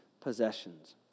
possessions